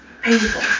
painful